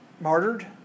martyred